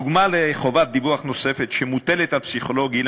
דוגמה לחבות דיווח נוספת שמוטלת על פסיכולוג היא,